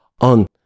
on